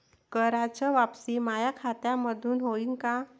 कराच वापसी माया खात्यामंधून होईन का?